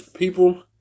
People